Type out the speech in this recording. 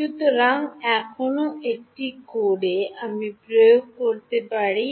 সুতরাং এখনও এটি কোডে আমি প্রয়োগ করতে পারি